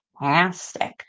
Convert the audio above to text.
fantastic